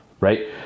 Right